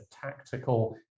tactical